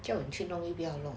就去弄一遍 lor